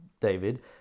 David